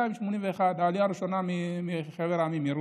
1882-1881, העלייה הראשונה מחבר המדינות, מרוסיה,